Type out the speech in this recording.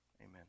amen